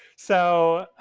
so,